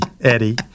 Eddie